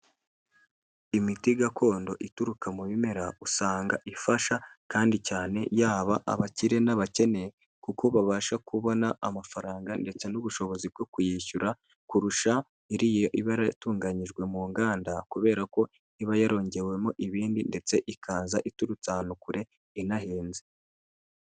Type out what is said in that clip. Imiti gakondo ituruka mu bimera usanga ifasha kandi cyane yaba abakire n'abakene kuko babasha kubona amafaranga ndetse n'ubushobozi bwo kuyishyura kurusha iriya ibara yaratunganyijwe mu nganda kubera ko iba yarongewemo ibindi ndetse ikaza iturutse ahantu kure inahenze.